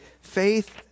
faith